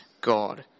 God